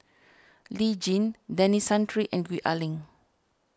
Lee Tjin Denis Santry and Gwee Ah Leng